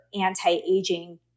anti-aging